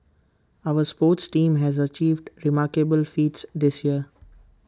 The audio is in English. our sports teams has achieved remarkable feats this year